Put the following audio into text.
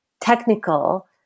technical